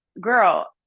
girl